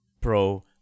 Pro